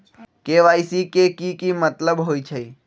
KYC के कि मतलब होइछइ?